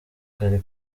kari